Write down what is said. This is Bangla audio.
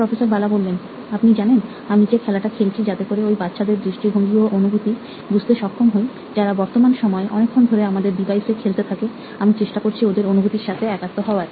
প্রফেসর বালা আপনি জানেন আমি যে খেলাটা খেলছি যাতে করে ওই বাচ্চাদের দৃষ্টিভঙ্গি ও অনুভূতি বুঝতে সক্ষম হই যারা বর্তমান সময়ে অনেকক্ষণ ধরে আমাদের ডিভাইস এ খেলতে থাকে আমি চেষ্টা করছি ওদের অনুভুতির সাথে একাত্ম হওয়ার